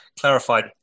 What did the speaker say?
clarified